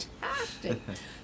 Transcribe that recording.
fantastic